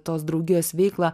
tos draugijos veiklą